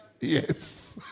Yes